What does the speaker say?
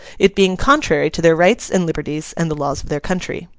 it being contrary to their rights and liberties and the laws of their country.